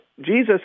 Jesus